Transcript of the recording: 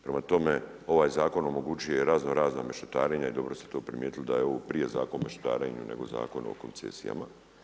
Prema tome, ovaj zakon omogućuje raznorazna mešetarenja i dobro ste to primijetili da je ovo prije zakon o mešetarenju nego Zakon o koncesijama.